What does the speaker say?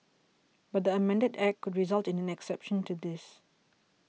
but the amended Act could result in an exception to this